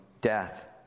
death